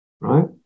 right